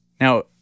Now